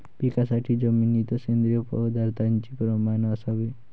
पिकासाठी जमिनीत सेंद्रिय पदार्थाचे प्रमाण असावे